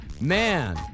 Man